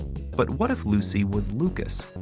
but what if lucy was lucas?